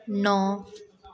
नओ